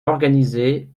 organisée